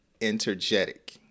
energetic